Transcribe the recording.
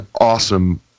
awesome